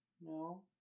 No